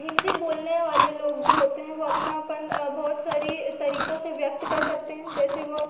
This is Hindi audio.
हिन्दी बोलने वाले लोग जो होते हैं वो अपनापन बहुत सारी तरीकों से व्यक्त कर सकते हैं जैसे वो